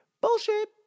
bullshit